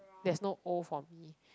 there's no O for me